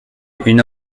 une